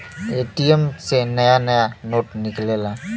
ATM से नया नया नोट निकलेला